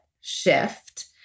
shift